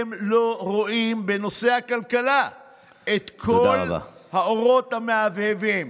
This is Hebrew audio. אתם לא רואים בנושא הכלכלה את כל האורות המהבהבים.